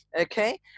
okay